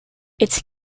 its